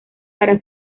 para